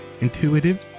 intuitive